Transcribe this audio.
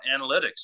analytics